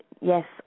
yes